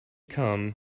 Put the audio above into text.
come